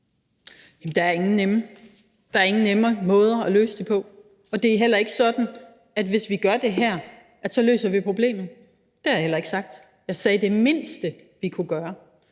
Jamen der er ingen nemme måder at løse det på, og det er heller ikke sådan, at hvis vi gør det her, så løser vi problemet. Det har jeg heller ikke sagt. Jeg sagde, at det var det mindste, vi kunne gøre.